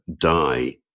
die